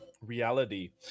reality